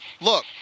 Look